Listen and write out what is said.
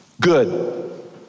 Good